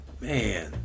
Man